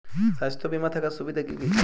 স্বাস্থ্য বিমা থাকার সুবিধা কী কী?